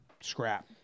scrap